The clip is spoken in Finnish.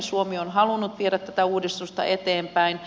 suomi on halunnut viedä tätä uudistusta eteenpäin